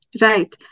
right